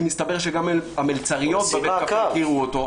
כי מסתבר שגם המלצריות הכירו אותו.